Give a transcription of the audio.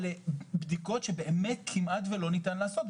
אלה בדיקות שבאמת כמעט ולא ניתן לעשות.